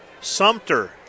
Sumter